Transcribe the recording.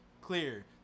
clear